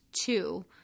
two